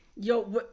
Yo